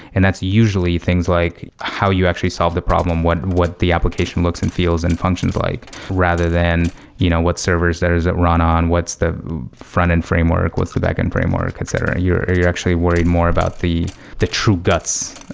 and that's usually things like how you actually solve the problem. what what the application looks and feels and functions like rather than you know what servers does it run on? what's the frontend framework? what's the backend framework? etc. you're you're actually worried more about the the true guts,